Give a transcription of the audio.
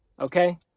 Okay